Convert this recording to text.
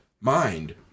mind